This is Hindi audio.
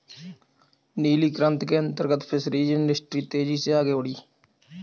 नीली क्रांति के अंतर्गत फिशरीज इंडस्ट्री तेजी से आगे बढ़ी